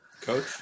Coach